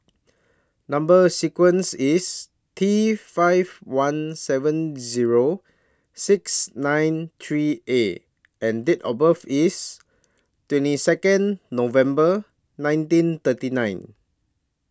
Number sequence IS T five one seven Zero six nine three A and Date of birth IS twenty Second November nineteen thirty nine